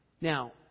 Now